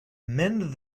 mend